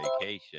vacation